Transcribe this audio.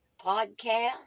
podcast